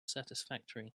satisfactory